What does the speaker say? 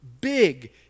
big